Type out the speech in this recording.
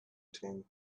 tim